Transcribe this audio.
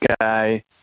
guy